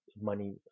money